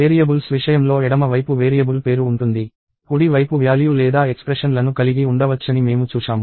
variables విషయంలో ఎడమ వైపు వేరియబుల్ పేరు ఉంటుంది కుడి వైపు వ్యాల్యూ లేదా ఎక్స్ప్రెషన్ లను కలిగి ఉండవచ్చని మేము చూశాము